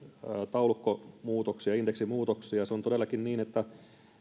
taulukkomuutoksia indeksimuutoksia se on todellakin niin että